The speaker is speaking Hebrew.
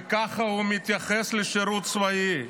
וכך הוא מתייחס לשירות צבאי,